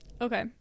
okay